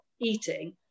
eating